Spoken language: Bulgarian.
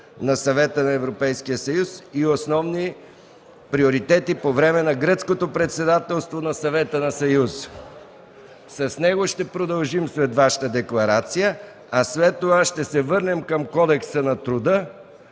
на Европейския съюз и основни приоритети по време на Гръцкото председателство на Съвета на Европейския съюз. С него ще продължим след Вашата декларация, а след това ще се върнем към Кодекса на труда,